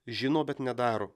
žino bet nedaro